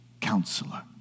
counselor